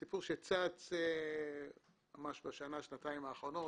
זה סיפור שצץ ממש בשנה-שנתיים האחרונות.